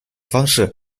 方式